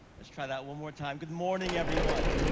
let's try that one more time. good morning, everyone.